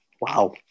wow